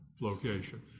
location